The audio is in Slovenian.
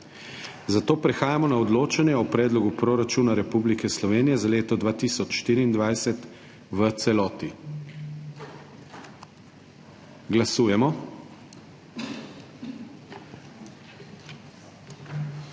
Zato prehajamo na odločanje o Predlogu proračuna Republike Slovenije za leto 2024 v celoti. Glasujemo.